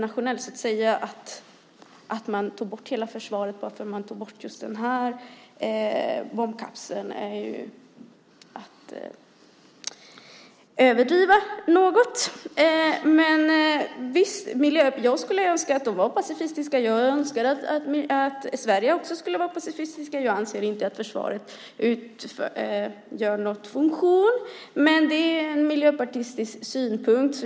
Att säga att man tar bort hela försvaret bara för att man tar bort just den här bombkapseln är att överdriva något. Men visst, jag skulle önska att de vore pacifistiska. Jag önskar att Sverige också skulle vara pacifistiskt. Jag anser inte att försvaret har någon funktion, men det är en miljöpartistisk synpunkt.